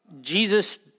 Jesus